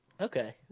okay